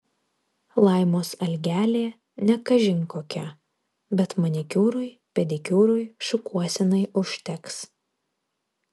laimos algelė ne kažin kokia bet manikiūrui pedikiūrui šukuosenai užteks